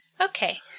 Okay